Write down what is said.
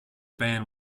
ban